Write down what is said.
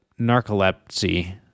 narcolepsy